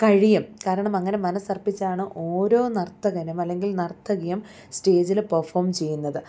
കഴിയും കാരണം അങ്ങനെ മനസ്സ് അർപ്പിച്ചാണ് ഓരോ നർത്തകനും അല്ലെങ്കിൽ നർത്തകിയും സ്റ്റേജിൽ പെർഫോം ചെയ്യുന്നത്